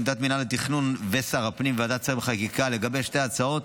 עמדת מינהל התכנון ושר הפנים בוועדת השרים לחקיקה לגבי שתי ההצעות